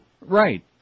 Right